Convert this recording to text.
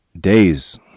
days